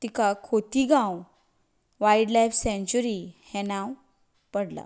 तिका Cotigao wildlife sanctuary हें नांव पडलां